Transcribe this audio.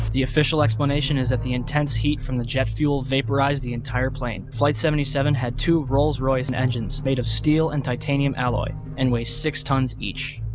the official explanation is that the intense heat from the jet fuel vaporized the entire plane. flight seventy seven had two rolls royce and engines made of steel and titanium alloy and weighed six tons each.